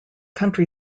country